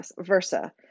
versa